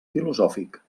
filosòfic